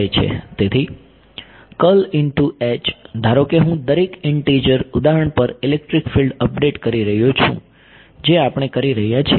તેથી ધારો કે હું દરેક ઇન્ટીજર ઉદાહરણ પર ઇલેક્ટ્રિક ફિલ્ડ અપડેટ કરી રહ્યો છું જે આપણે કરી રહ્યા છીએ